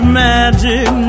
magic